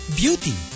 beauty